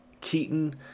Keaton